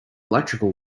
electrical